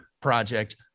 project